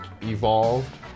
evolved